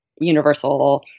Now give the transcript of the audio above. universal